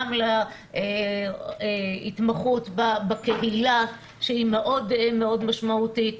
גם להתמחות בקהילה שהיא מאוד משמעותית.